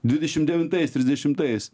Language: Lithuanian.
dvidešim devintais trisdešimtais